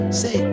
say